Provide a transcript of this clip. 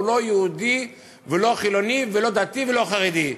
הוא לא יהודי, לא חילוני ולא דתי ולא חרדי.